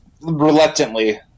reluctantly